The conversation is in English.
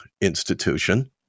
institution